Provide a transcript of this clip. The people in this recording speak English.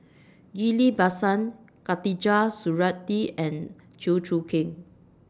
Ghillie BaSan Khatijah Surattee and Chew Choo Keng